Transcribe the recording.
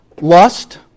Lust